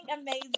amazing